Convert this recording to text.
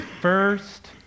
first